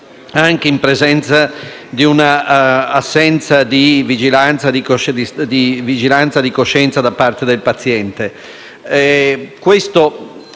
Grazie